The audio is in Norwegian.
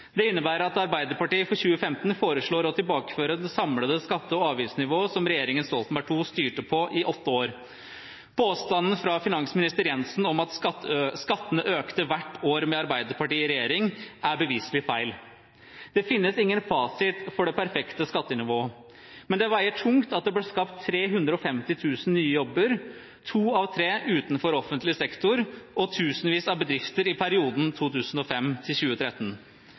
Det innebærer at Arbeiderpartiet for 2015 foreslår å tilbakeføre det samlede skatte- og avgiftsnivået som regjeringen Stoltenberg II styrte på i åtte år. Påstanden fra finansminister Jensen om at skattene økte hvert år med Arbeiderpartiet i regjering, er beviselig feil. Det finnes ingen fasit på det perfekte skattenivået, men det veier tungt at det ble skapt 350 000 nye jobber – to av tre utenfor offentlig sektor – og tusenvis av bedrifter i perioden